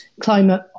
climate